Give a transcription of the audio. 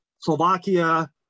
slovakia